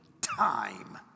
time